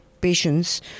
patients